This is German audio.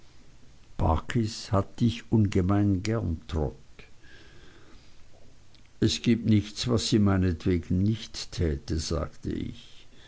hat dich ungemein gern trot es gibt nichts was sie meinetwegen nicht täte sagte ich